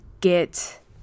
get